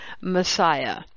messiah